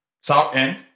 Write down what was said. Southend